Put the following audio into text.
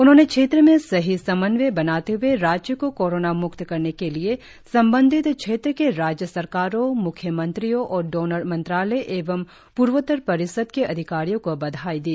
उन्होंने क्षेत्र में सही समन्वय बनाते हए राज्य को कोरोना म्क्त करने के लिए संबंधित क्षेत्र के राज्य सरकारों म्ख्य मंत्रियों और डोनर मंत्रालय एवं पूर्वोत्तर परिषद के अधिकारियों को बधाई दी